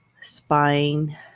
spine